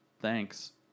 Thanks